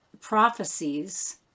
prophecies